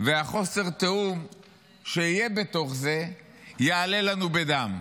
והחוסר תיאום שיהיה בתוך זה יעלו לנו בדם.